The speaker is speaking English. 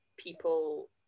people